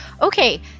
Okay